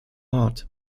art